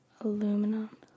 Aluminum